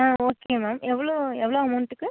ஆ okay ma'am எவ்வளோ எவ்வளோ அமௌன்ட்டுக்கு